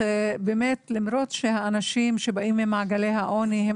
למרות שהאנשים שבאים ממעגלי העוני הם